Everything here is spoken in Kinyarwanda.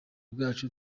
bwacu